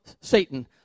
Satan